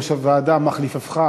יושב-ראש הוועדה ומחליפך,